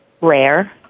rare